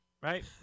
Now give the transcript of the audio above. Right